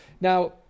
Now